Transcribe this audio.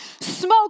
Smoke